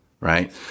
Right